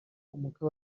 umukwe